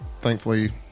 Thankfully